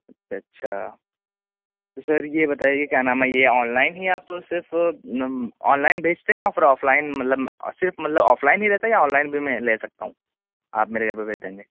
اچھا اچھا تو سر یہ بتائیے کہ کیا نام ہے یہ آن لائن ہی آپ صرف آن لائن بیچتے ہیں یا پھر آف لائن مطلب صرف مطلب آف لائن ہی رہتا ہے یا آن لائن بھی میں لے سکتا ہوں آپ میرے گھر پہ بھیج دیں گے